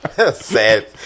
Sad